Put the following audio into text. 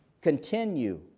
continue